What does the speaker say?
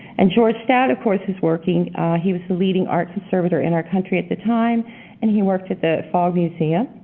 and george stout, of course, is working he was the leading art conservator in our country at the time and worked at the fogg museum.